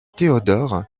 théodore